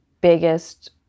biggest